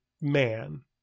man